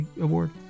award